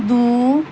दू